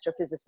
astrophysicist